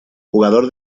jugador